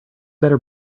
better